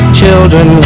children